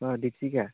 অঁ দ্বীপশিখা